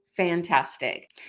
Fantastic